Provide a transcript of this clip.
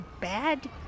bad